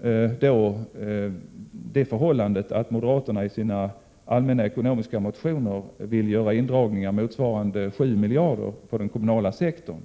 1987/88:126 moderaterna i sina allmänna ekonomiska motioner vill göra indragningar 25 maj 1988 motsvarande 7 miljarder inom den kommunala sektorn